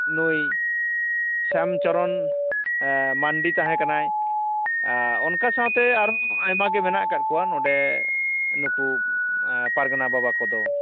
ᱱᱩᱭ ᱥᱟᱢᱪᱚᱨᱚᱱ ᱢᱟᱹᱱᱰᱤ ᱛᱟᱦᱮᱸ ᱠᱟᱱᱟᱭ ᱚᱱᱠᱟ ᱥᱟᱶᱛᱮ ᱟᱨᱚ ᱟᱭᱢᱟ ᱜᱮ ᱢᱮᱱᱟᱜ ᱟᱠᱟᱫ ᱠᱚᱣᱟ ᱱᱚᱰᱮ ᱱᱩᱠᱩ ᱯᱟᱨᱜᱟᱱᱟ ᱵᱟᱵᱟ ᱠᱚᱫᱚ